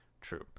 True